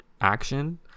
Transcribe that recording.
action